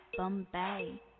Bombay